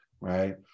right